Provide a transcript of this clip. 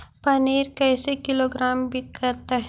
पनिर कैसे किलोग्राम विकतै?